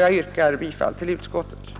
Jag yrkar bifall till utskottets